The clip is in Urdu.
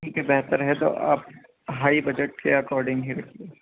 ٹھیک ہے بہتر ہے تو آپ ہائی بجٹ کے اکورڈنگ ہی رکھیے